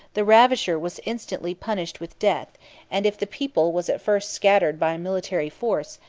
the ravisher was instantly punished with death and if the people was at first scattered by a military force,